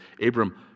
Abram